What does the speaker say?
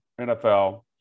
NFL